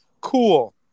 Cool